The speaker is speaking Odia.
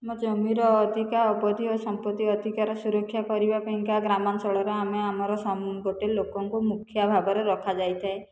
ମୋ ଜମିର ଅଧିକା ଅବଧି ଓ ସମ୍ପତ୍ତି ଅଧିକାର ସୁରକ୍ଷା କରିବାପାଇଁକା ଗ୍ରାମାଞ୍ଚଳରେ ଆମେ ଆମର ଗୋଟିଏ ଲୋକଙ୍କୁ ମୁଖିଆ ଭାବରେ ରଖାଯାଇଥାଏ